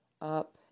up